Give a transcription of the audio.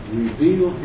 reveal